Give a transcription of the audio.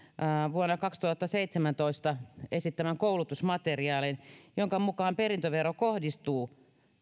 vuonna kaksituhattaseitsemäntoista esittämän koulutusmateriaalin jonka mukaan perintövero kohdistuu